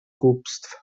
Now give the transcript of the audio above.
głupstw